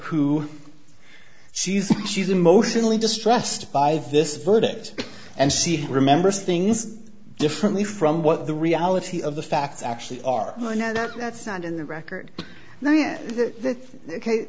who she's she's emotionally distressed by this verdict and she who remembers things differently from what the reality of the facts actually are oh i know that that's not in the record that ok